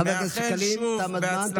חבר הכנסת שקלים, תם הזמן.